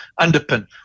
underpin